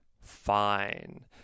fine